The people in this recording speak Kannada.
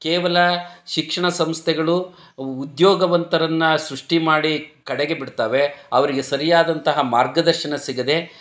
ಕೇವಲ ಶಿಕ್ಷಣ ಸಂಸ್ಥೆಗಳು ಉ ಉದ್ಯೋಗವಂತರನ್ನು ಸೃಷ್ಟಿಮಾಡಿ ಕಡೆಗೆ ಬಿಡ್ತವೆ ಅವರಿಗೆ ಸರಿಯಾದಂತಹ ಮಾರ್ಗದರ್ಶನ ಸಿಗದೆ